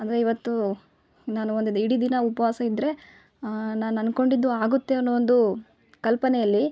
ಅಂದರೆ ಇವತ್ತು ನಾನು ಒಂದು ಇಡೀ ದಿನ ಉಪವಾಸ ಇದ್ದರೆ ನಾನು ಅನ್ಕೊಂಡಿದ್ದು ಆಗುತ್ತೆ ಅನ್ನೋ ಒಂದು ಕಲ್ಪನೆಯಲ್ಲಿ